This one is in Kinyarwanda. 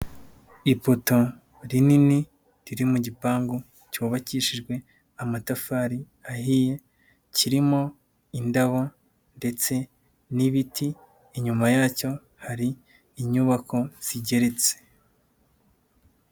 Ipoto rinini riri mu gipangu cyubakishijwe amatafari ahiye, kirimo indabo ndetse n'ibiti, inyuma yacyo hari inyubako zigeretse.